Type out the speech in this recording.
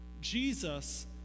Jesus